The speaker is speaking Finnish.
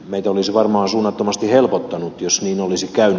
meitä olisi varmaan suunnattomasti helpottanut jos niin olisi käynyt